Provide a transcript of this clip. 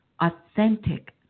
authentic